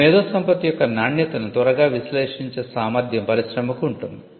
ఒక మేధోసంపత్తి యొక్క నాణ్యతను త్వరగా విశ్లేషించే సామర్ధ్యం పరిశ్రమకు ఉంటుంది